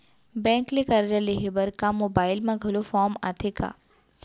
Bank ले करजा लेहे बर का मोबाइल म घलो फार्म आथे का?